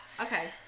Okay